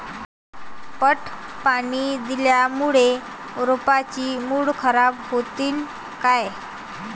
पट पाणी दिल्यामूळे रोपाची मुळ खराब होतीन काय?